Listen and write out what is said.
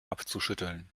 abzuschütteln